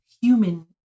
human